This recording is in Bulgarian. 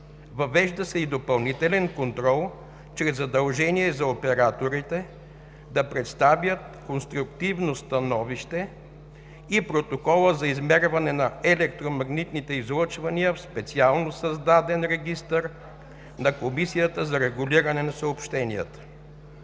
Въвежда се и допълнителен контрол чрез задължение за операторите да представят конструктивното становище и протокола за измерване на електромагнитните излъчвания в специално създаден регистър на Комисията за регулиране на съобщенията.